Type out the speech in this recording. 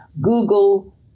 Google